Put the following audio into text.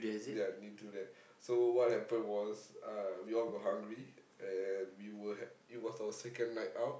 ya near to there so what happen was uh we all got hungry and we were ha~ it was our second night out